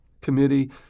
Committee